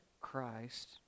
Christ